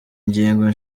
ingingo